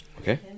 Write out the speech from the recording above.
Okay